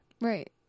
Right